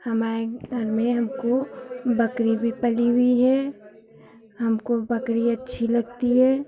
हमारे घर में हमको बकरी भी पली हुई है हमको बकरी अच्छी लगती है